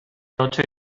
ocho